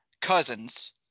Cousins